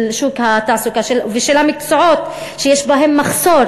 של שוק התעסוקה ושל המקצועות שיש בהם מחסור